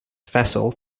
vessel